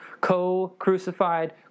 Co-crucified